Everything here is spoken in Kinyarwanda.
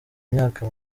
imyaka